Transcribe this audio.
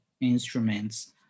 instruments